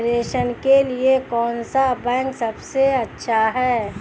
प्रेषण के लिए कौन सा बैंक सबसे अच्छा है?